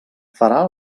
farà